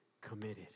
committed